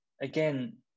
again